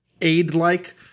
aid-like